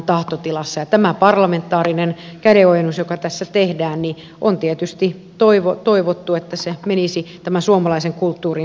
tässä parlamentaarisessa käden ojennuksessa joka tässä tehdään on tietysti toivottu että se menisi tämän suomalaisen kulttuurin säilyttämiseksi